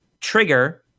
trigger